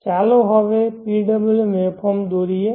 તો ચાલો હવે PWM વેવફોર્મ દોરીએ